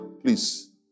please